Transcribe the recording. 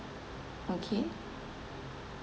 okay